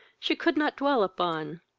she could not dwell upon,